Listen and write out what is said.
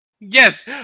Yes